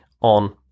on